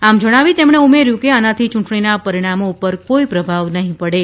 આમ જણાવી તેમણે ઉમેર્થું કે આનાથી ચૂંટણીના પરિણામો પર કોઈ પ્રભાવ નહીં પડે